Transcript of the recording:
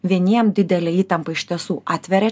vieniem didelė įtampa iš tiesų atveria